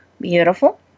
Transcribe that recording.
Beautiful